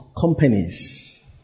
companies